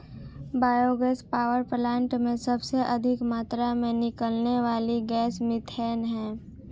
bio gas power plant में सबसे अधिक मात्रा में निकलने वाली गैस मिथेन है